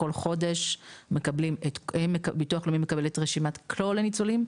כל חודש ביטוח לאומי מקבל את רשימת כל הניצולים,